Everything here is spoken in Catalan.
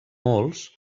molts